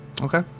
Okay